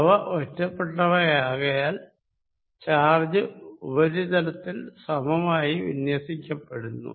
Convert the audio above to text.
അവ ഒറ്റപ്പെട്ടവയാകയാൽ ചാർജ് ഉപരിതലത്തിൽ സമമായി വിന്യസിക്കപ്പെടുന്നു